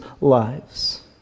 lives